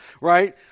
right